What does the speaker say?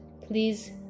please